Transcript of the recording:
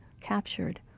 captured